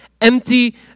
empty